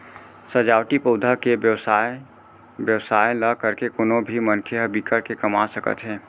सजावटी पउधा के बेवसाय बेवसाय ल करके कोनो भी मनखे ह बिकट के कमा सकत हे